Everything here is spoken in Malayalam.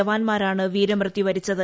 ജവാന്മാരാണ് വീരമൃത്യു വരിച്ചത്